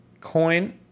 Coin